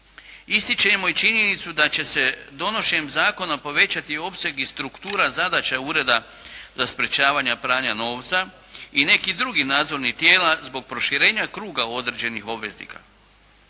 Ističemo i činjenicu da će se donošenjem zakona povećati opseg i struktura zadaća Ureda za sprječavanja prava novca i nekih drugih nadzornih tijela zbog proširenja kruga u određenih obveznika.